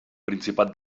principat